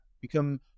become